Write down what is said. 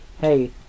hey